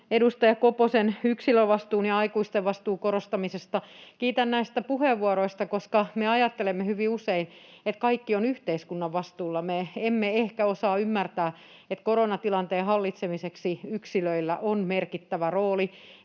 edustaja Koposen yksilönvastuun ja aikuisten vastuun korostamisesta. Kiitän näistä puheenvuoroista, koska me ajattelemme hyvin usein, että kaikki on yhteiskunnan vastuulla. Me emme ehkä osaa ymmärtää, että koronatilanteen hallitsemiseksi yksilöillä on merkittävä rooli,